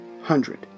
hundred